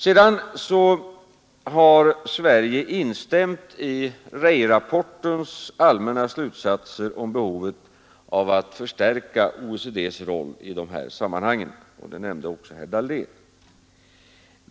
Sedan har Sverige instämt i Rey-rapportens slutsatser om behovet av att förstärka OECD:s roll i dessa sammanhang. Det nämnde också herr Dahlén.